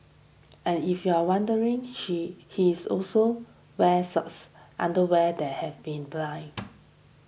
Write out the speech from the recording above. and if you're wondering she he is also wears socks underwear that have been binned